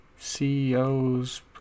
CEO's